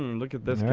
look at this guy.